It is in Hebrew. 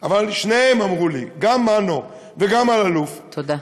אבל שניהם אמרו לי, גם מנו וגם אלאלוף, תודה.